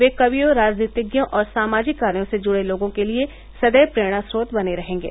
वे कवियो राजनीतिज्ञों और सामाजिक कार्यो से जुड़े लोगों के लिए सदैव प्रेरणा स्रोत बने रहेंगे